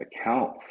account